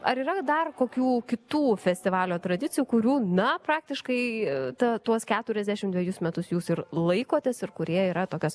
ar yra dar kokių kitų festivalio tradicijų kurių na praktiškai tą tuos keturiasdešim dvejus metus jūs ir laikotės ir kurie yra tokios